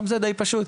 גם זה די פשוט.